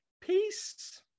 Peace